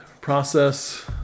process